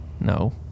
no